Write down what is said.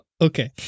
Okay